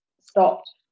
stopped